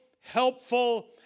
helpful